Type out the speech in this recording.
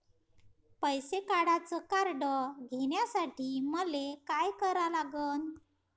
पैसा काढ्याचं कार्ड घेण्यासाठी मले काय करा लागन?